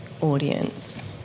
audience